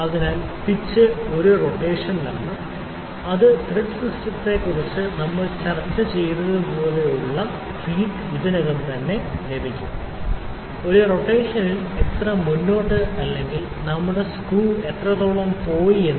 അതിനാൽ പിച്ച് ഒരു റൊട്ടേഷനിലാണ് അത് ത്രെഡ് സിസ്റ്റത്തെക്കുറിച്ച് നമ്മൾ ചർച്ച ചെയ്തതുപോലെയുള്ള ത്രെഡ് സിസ്റ്റത്തിന്റെ ഫീഡ് ഇതിനകം തന്നെ ലഭിക്കും ഒരു റൊട്ടേഷൻ ഒരു റൊട്ടേഷനിൽ എത്ര മുന്നോട്ട് അല്ലെങ്കിൽ നമ്മുടെ സ്ക്രൂ എത്രത്തോളം പോയി എന്ന്